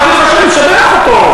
אמרתי לך שאני משבח אותו.